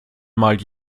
mal